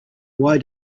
why